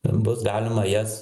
bus galima jas